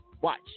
watch